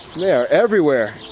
they are everywhere!